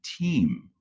team